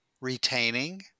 retaining